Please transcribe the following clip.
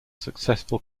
successful